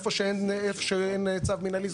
איפה שאין צו מנהלי,